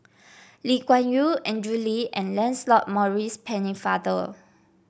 Lee Kuan Yew Andrew Lee and Lancelot Maurice Pennefather